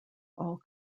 all